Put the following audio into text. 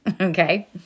okay